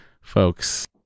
folks